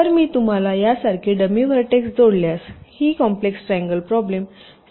तर मी तुम्हाला यासारखे डमी व्हर्टेक्स जोडल्यास ही कॉम्प्लेक्स ट्रायंगल प्रॉब्लेम सुटली आहे